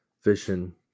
fishing